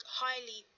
highly